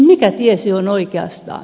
mikä tie se on oikeastaan